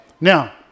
Now